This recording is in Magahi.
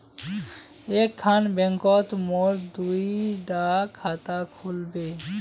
एक खान बैंकोत मोर दुई डा खाता खुल बे?